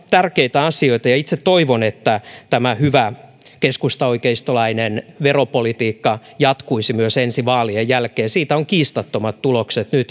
tärkeitä asioita ja itse toivon että tämä hyvä keskustaoikeistolainen veropolitiikka jatkuisi myös ensi vaalien jälkeen siitä on nyt kiistattomat tulokset